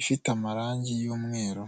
ifite amarangi y'umweru.